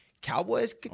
Cowboys